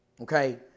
Okay